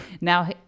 Now